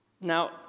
Now